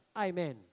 Amen